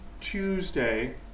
Tuesday